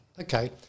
Okay